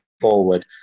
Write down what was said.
forward